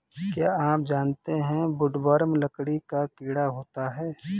क्या आप जानते है वुडवर्म लकड़ी का कीड़ा होता है?